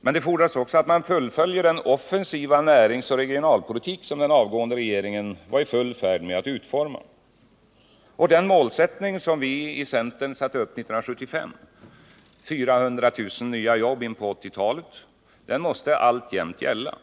Men det fordras också att man fullföljer den offensiva näringsoch regionalpolitik som den avgående regeringen var i full färd med att utforma. Den målsättning som vi i centern satte upp 1975 — 400 000 nya jobb in på 1980-talet — måste alltjämt gälla.